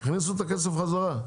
הכניסו את הכסף חזרה.